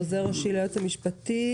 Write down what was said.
עוזר אישי ליועץ המשפטי,